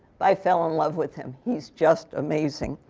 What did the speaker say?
but i fell in love with him. he's just amazing.